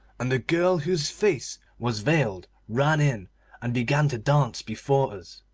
and a girl whose face was veiled ran in and began to dance before us.